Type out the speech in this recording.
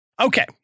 Okay